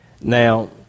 Now